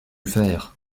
faire